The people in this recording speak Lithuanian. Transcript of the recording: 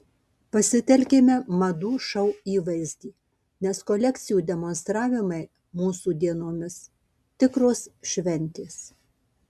pasitelkėme madų šou įvaizdį nes kolekcijų demonstravimai mūsų dienomis tikros šventės